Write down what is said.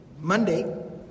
Monday